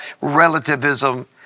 relativism